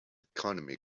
economy